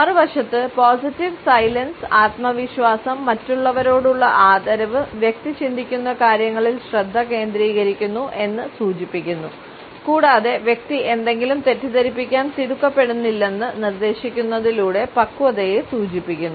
മറുവശത്ത് positive silence ആത്മവിശ്വാസം മറ്റുള്ളവരോടുള്ള ആദരവ് വ്യക്തി ചിന്തിക്കുന്ന കാര്യങ്ങളിൽ ശ്രദ്ധ കേന്ദ്രീകരിക്കുന്നു എന്ന് സൂചിപ്പിക്കുന്നു കൂടാതെ വ്യക്തി എന്തെങ്കിലും തെറ്റിദ്ധരിപ്പിക്കാൻ തിടുക്കപ്പെടുന്നില്ലെന്ന് നിർദ്ദേശിക്കുന്നതിലൂടെ പക്വതയെ സൂചിപ്പിക്കുന്നു